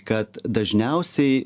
kad dažniausiai